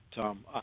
Tom